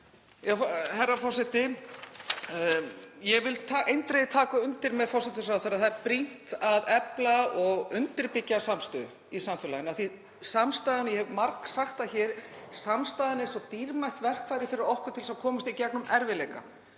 Herra forseti. Ég vil taka eindregið undir með forsætisráðherra, það er brýnt að efla og undirbyggja samstöðu í samfélaginu. Ég hef margsagt það hér, samstaðan er svo dýrmætt verkfæri fyrir okkur til þess að komast í gegnum erfiðleika.